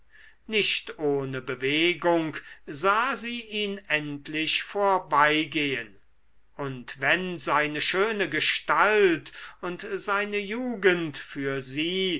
nicht ohne bewegung sah sie ihn endlich vorbeigehen und wenn seine schöne gestalt und seine jugend für sie